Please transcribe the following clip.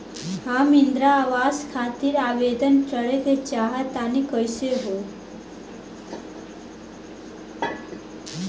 हम इंद्रा आवास खातिर आवेदन करे क चाहऽ तनि कइसे होई?